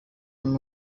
umwe